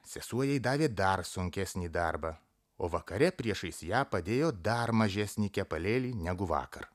sesuo jai davė dar sunkesnį darbą o vakare priešais ją padėjo dar mažesnį kepalėlį negu vakar